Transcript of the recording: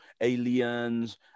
aliens